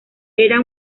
era